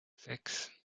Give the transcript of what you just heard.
sechs